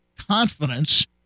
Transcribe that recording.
confidence